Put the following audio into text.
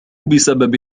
بسبب